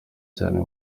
cyane